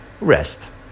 rest